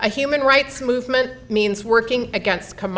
a human rights movement means working against